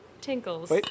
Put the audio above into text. Tinkles